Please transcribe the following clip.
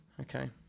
Okay